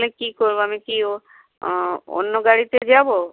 তালে কি করবো আমি কি অন্য গাড়িতে যাবো